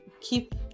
keep